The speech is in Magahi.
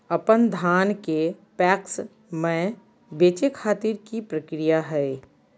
अपन धान के पैक्स मैं बेचे खातिर की प्रक्रिया हय?